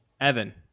Evan